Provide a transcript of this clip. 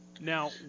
Now